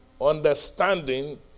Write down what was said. Understanding